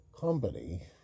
company